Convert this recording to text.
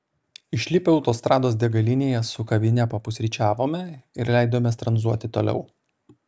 išlipę autostrados degalinėje su kavine papusryčiavome ir leidomės tranzuoti toliau